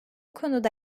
konuda